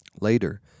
Later